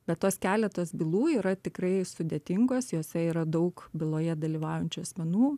bet tos keletas bylų yra tikrai sudėtingos jose yra daug byloje dalyvaujančių asmenų